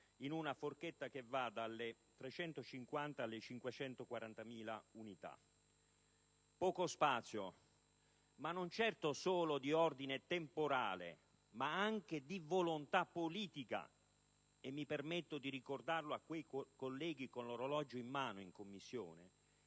in una forchetta che va dalle 350.000 alle 540.000 unità. Poco spazio, ma non certo solo di ordine temporale ma anche di volontà politica - mi permetto di ricordarlo a quei colleghi con l'orologio in mano in Commissione